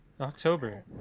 October